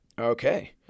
Okay